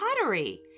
pottery